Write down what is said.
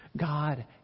God